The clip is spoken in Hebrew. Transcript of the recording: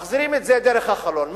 מחזירים את זה דרך החלון.